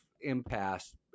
impasse